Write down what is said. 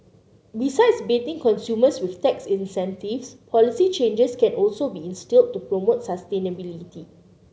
besides baiting consumers with tax incentives policy changes can also be instilled to promote sustainability